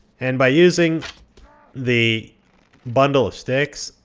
and by using the bundle of sticks